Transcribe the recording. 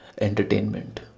entertainment